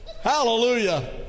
hallelujah